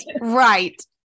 right